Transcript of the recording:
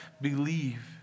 believe